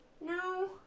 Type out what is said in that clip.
No